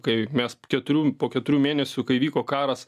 kai mes keturių po keturių mėnesių kai vyko karas